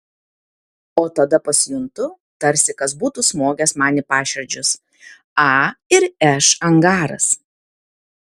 o tada pasijuntu tarsi kas būtų smogęs man į paširdžius a ir š angaras